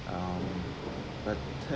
um but